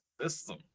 System